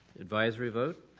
advisory vote?